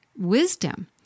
wisdom